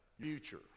future